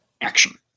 action